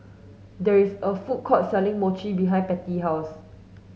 there is a food court selling Mochi behind Patty house